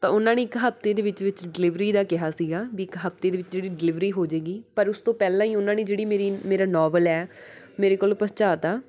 ਤਾਂ ਉਹਨਾਂ ਨੇ ਇੱਕ ਹਫ਼ਤੇ ਦੇ ਵਿੱਚ ਵਿੱਚ ਡਿਲੀਵਰੀ ਦਾ ਕਿਹਾ ਸੀਗਾ ਵੀ ਇੱਕ ਹਫ਼ਤੇ ਦੇ ਵਿੱਚ ਜਿਹੜੀ ਡਿਲੀਵਰੀ ਹੋ ਜੇਗੀ ਪਰ ਉਸ ਤੋਂ ਪਹਿਲਾਂ ਹੀ ਉਹਨਾਂ ਨੇ ਜਿਹੜੀ ਮੇਰੀ ਮੇਰਾ ਨੋਵਲ ਹੈ ਮੇਰੇ ਕੋਲ ਪਹੁੰਚਾ ਤਾ